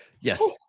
Yes